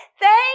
Thank